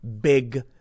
big